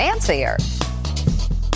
fancier